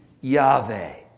Yahweh